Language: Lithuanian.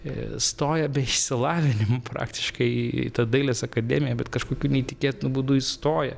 stoja be išsilavinimo praktiškai į dailės akademiją bet kažkokiu neįtikėtinu būdu įstoja